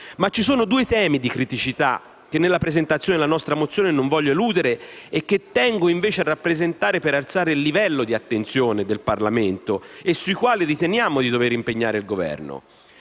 Ma ci sono due temi di criticità che nella presentazione della nostra mozione non voglio eludere e che tengo invece a rappresentare per alzare il livello di attenzione del Parlamento e sui quali riteniamo di dover impegnare il Governo.